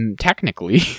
technically